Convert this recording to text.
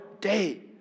day